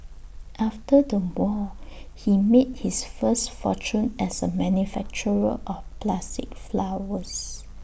after the war he made his first fortune as A manufacturer of plastic flowers